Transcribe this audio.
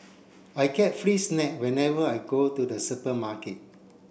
I get free snack whenever I go to the supermarket